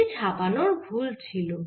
সেটি ছাপানোর ভুল ছিল